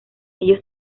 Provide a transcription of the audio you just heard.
ellos